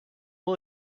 all